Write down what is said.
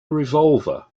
revolver